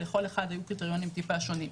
לכל אחת היו קריטריונים טיפה שונים.